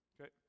Okay